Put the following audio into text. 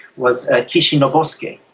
was ah kishi nobusuke.